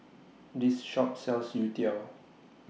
This Shop sells Youtiao